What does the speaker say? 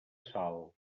salt